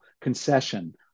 concession